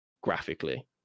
graphically